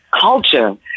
culture